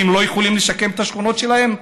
כי הם לא יכולים לשקם את השכונות שלהם?